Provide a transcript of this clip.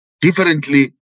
differently